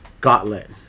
Gauntlet